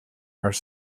are